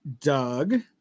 doug